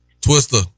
Twister